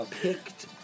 picked